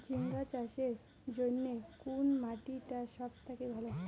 ঝিঙ্গা চাষের জইন্যে কুন মাটি টা সব থাকি ভালো?